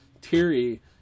Terry